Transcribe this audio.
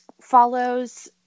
follows